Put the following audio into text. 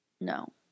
No